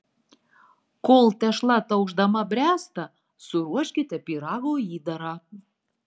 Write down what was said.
kol tešla ataušdama bręsta suruoškite pyrago įdarą